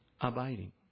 abiding